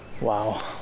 Wow